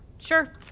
Sure